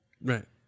Right